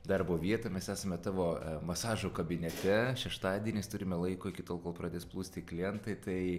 darbo vietą mes esame tavo masažo kabinete šeštadienis turime laiko iki tol kol pradės plūsti klientai tai